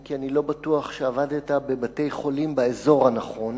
אם כי אני לא בטוח שעבדת בבתי-חולים באזור הנכון.